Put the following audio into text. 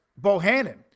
Bohannon